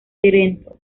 trento